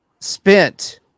spent